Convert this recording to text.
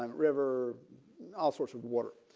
um river all sorts of water.